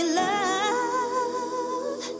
love